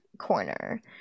corner